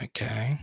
Okay